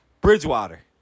Bridgewater